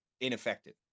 ineffective